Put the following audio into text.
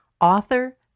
author